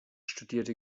studierte